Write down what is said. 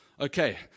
Okay